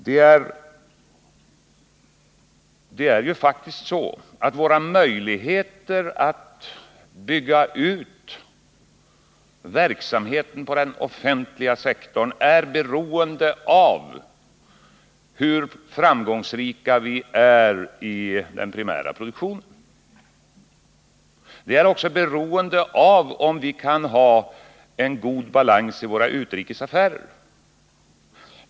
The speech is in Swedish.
Men det är ju faktiskt så att våra möjligheter att bygga ut verksamheten på den offentliga sektorn är beroende av hur framgångsrika vi är i fråga om den primära produktionen. De är också beroende av om vi kan ha en god balans i våra utrikes affärer.